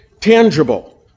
tangible